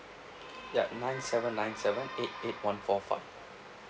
ya nine seven nine seven eight eight one four five